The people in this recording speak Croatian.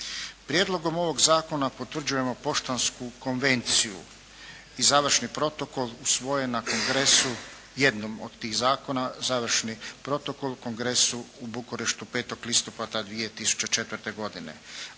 Prijedlogom ovog zakona potvrđujemo Poštansku konvenciju i završni protokol usvojen na kongresu jednom od tih zakona, završni protokol kongresu u Bukureštu 5. listopada 2004. godine,